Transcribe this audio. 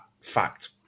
fact